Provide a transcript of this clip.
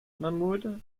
mahmoud